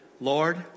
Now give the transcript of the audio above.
Lord